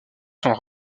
sont